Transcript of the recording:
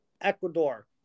Ecuador